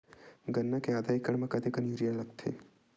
गन्ना के आधा एकड़ म कतेकन यूरिया लगथे?